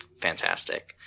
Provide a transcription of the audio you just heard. fantastic